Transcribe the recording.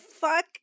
fuck